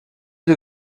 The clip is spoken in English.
you